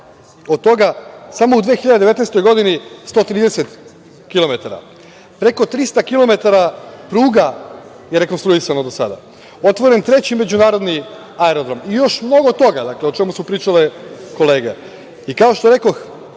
od toga samo u 2019. godini 130 kilometara, preko 300 kilometara pruga je rekonstruisano do sada, otvoren je treći međunarodni aerodrom i još mnogo toga, o čemu su pričale kolege. Kao što rekoh,